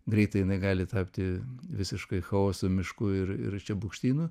greitai jinai gali tapti visiškai chaosu mišku ir ir čiabukštynu